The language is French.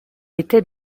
était